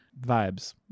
Vibes